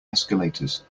escalators